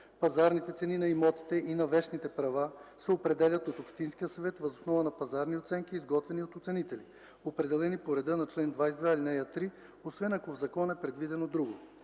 Пазарните цени на имотите и на вещните права се определят от общинския съвет въз основа на пазарни оценки, изготвени от оценители, определени по реда на чл. 22, ал. 3, освен ако в закона е предвидено друго.